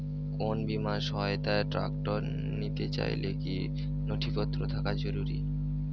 কোন বিমার সহায়তায় ট্রাক্টর নিতে চাইলে কী কী নথিপত্র থাকা জরুরি?